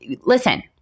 listen